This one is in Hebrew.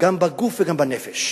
גם בגוף וגם בנפש,